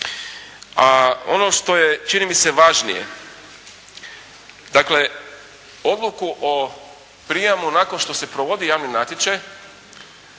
A ono što je čini mi se važnije. Dakle, odluku o prijemu nakon što se provodi javni natječaj